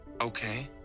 Okay